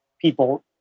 people